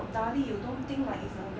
darlie you don't think like it's a